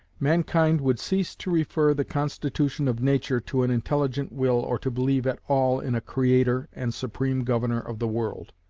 mankind would cease to refer the constitution of nature to an intelligent will or to believe at all in a creator and supreme governor of the world.